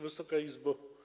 Wysoka Izbo!